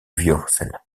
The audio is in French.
violoncelle